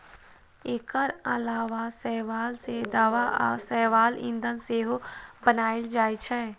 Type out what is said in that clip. एकर अलावा शैवाल सं दवा आ शैवाल ईंधन सेहो बनाएल जाइ छै